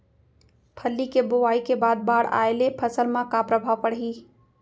फल्ली के बोआई के बाद बाढ़ आये ले फसल मा का प्रभाव पड़ही?